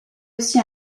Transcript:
aussi